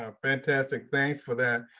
ah fantastic, thanks for that.